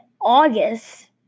August